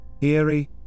eerie